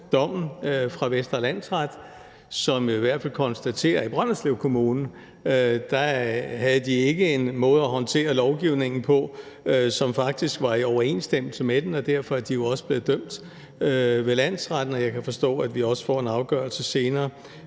fra Vestre Landsret, som konstaterer, at i hvert fald i Brønderslev Kommune havde de ikke en måde at håndtere lovgivningen på, som faktisk var i overensstemmelse med den, og derfor er de jo også blevet dømt ved landsretten, og jeg kan forstå, at vi også får en afgørelse senere